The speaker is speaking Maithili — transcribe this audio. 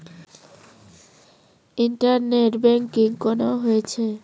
इंटरनेट बैंकिंग कोना होय छै?